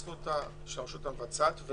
הזכות של הרשות המבצעת,